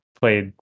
played